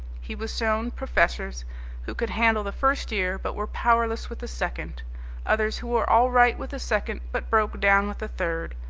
he was shown professors who could handle the first year, but were powerless with the second others who were all right with the second but broke down with the third,